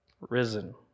risen